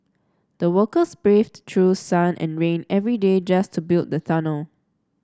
the workers braved through sun and rain every day just to build the tunnel